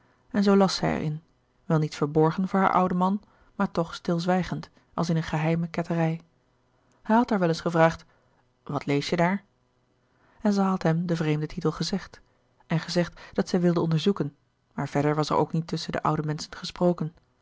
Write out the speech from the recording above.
en zoo las zij er in wel niet verborgen voor haar ouden man maar toch louis couperus de boeken der kleine zielen stilzwijgend als in een geheime ketterij hij had haar wel eens gevraagd wat lees je daar en zij had hem den vreemden titel gezegd en gezegd dat zij wilde onderzoeken maar verder was er ook niet tusschen de oude menschen gesproken